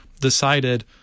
decided